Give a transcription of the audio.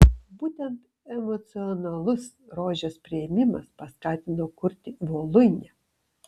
būtent emocionalus rožės priėmimas paskatino kurti voluinę